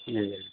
ए